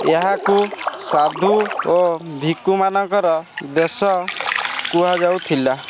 ଏହାକୁ ସାଧୁ ଓ ଭିକ୍ଷୁମାନଙ୍କର ଦେଶ କୁହାଯାଉଥିଲା